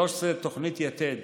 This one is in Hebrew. תוכנית יתד: